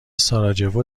ساراجوو